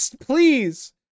please